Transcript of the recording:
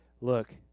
Look